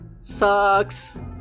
sucks